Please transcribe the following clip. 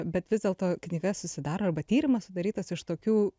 bet vis dėlto knyga susidaro arba tyrimas sudarytas iš tokių